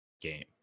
game